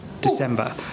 December